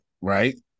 Right